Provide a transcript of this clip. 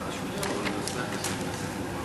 ההצעה להעביר את הנושא לוועדה שתקבע ועדת הכנסת נתקבלה.